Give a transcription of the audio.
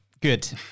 good